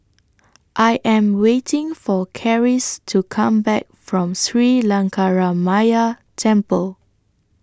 I Am waiting For Charisse to Come Back from Sri Lankaramaya Temple